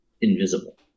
invisible